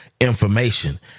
information